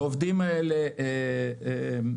העובדים האלה הוכשרו